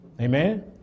amen